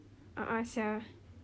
a'ah [sial]